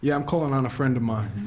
yeah i'm calling on a friend of mine.